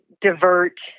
divert